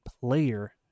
player